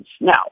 Now